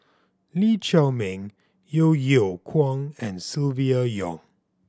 Lee Chiaw Meng Yeo Yeow Kwang and Silvia Yong